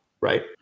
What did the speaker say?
right